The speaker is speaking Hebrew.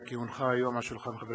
כי הונחה היום על שולחן הכנסת,